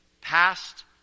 past